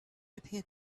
appeared